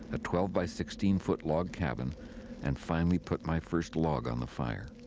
a twelve by sixteen foot log cabin and finally put my first log on the fire.